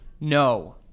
no